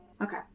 Okay